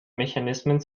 mechanismen